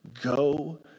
go